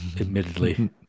Admittedly